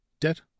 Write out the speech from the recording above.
debt